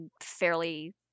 fairly